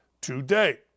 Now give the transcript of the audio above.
today